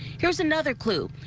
here's another clue,